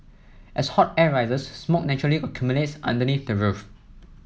as hot air rises smoke naturally accumulates underneath the roof